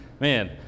Man